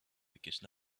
because